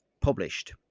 published